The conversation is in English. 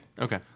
Okay